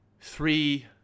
three